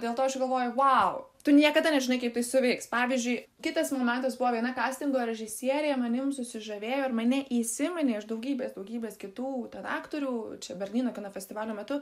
dėl to aš ir galvoju vau tu niekada nežinai kaip tai suveiks pavyzdžiui kitas momentas buvo viena kastingo režisierė manim susižavėjo ir mane įsiminė iš daugybės daugybės kitų aktorių čia berlyno kino festivalio metu